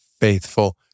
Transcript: faithful